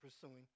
pursuing